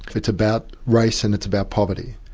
it's about race and it's about poverty.